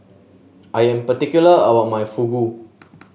I am particular about my Fugu